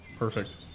Perfect